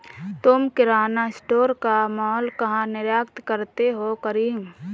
तुम किराना स्टोर का मॉल कहा निर्यात करते हो करीम?